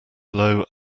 slow